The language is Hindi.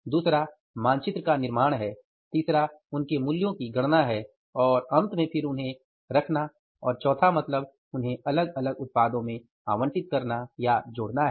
दूसरा मानचित्र का निर्माण है तीसरा उनके मूल्यों की गणना है और अंत में फिर उन्हें रखना और चौथा मतलब उन्हें अलग अलग उत्पादों में जोड़ना है